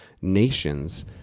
nations